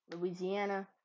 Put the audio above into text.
Louisiana